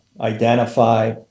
identify